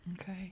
Okay